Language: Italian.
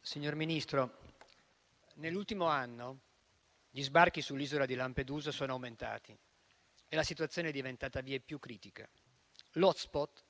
Signor Ministro, nell'ultimo anno gli sbarchi sull'isola di Lampedusa sono aumentati e la situazione è diventata vieppiù critica. L'*hotspot*